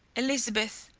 elizabeth,